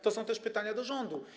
To są też pytania do rządu.